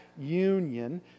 union